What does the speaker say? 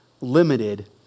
limited